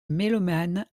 mélomanes